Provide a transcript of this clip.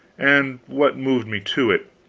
and what moved me to it.